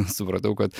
supratau kad